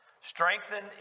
strengthened